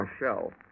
Michelle